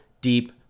deep